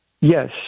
Yes